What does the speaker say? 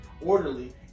orderly